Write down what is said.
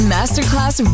Masterclass